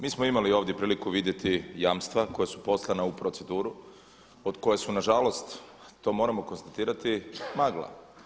Mi smo imali ovdje priliku vidjeti jamstva koja su poslana u proceduru od koje su nažalost to moramo konstatirati magla.